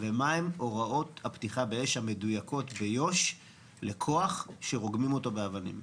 ומה הן הוראות הפתיחה באש המדויקות ביו"ש לכוח שרוגמים אותו באבנים?